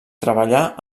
treballà